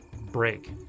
break